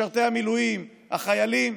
משרתי המילואים, החיילים,